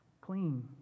clean